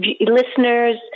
listeners